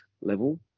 level